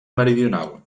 meridional